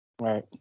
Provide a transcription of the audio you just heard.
Right